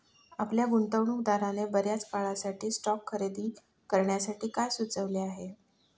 आपल्या गुंतवणूकदाराने बर्याच काळासाठी स्टॉक्स खरेदी करण्यासाठी काय सुचविले आहे?